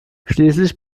schließlich